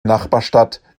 nachbarstadt